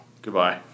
Goodbye